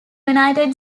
united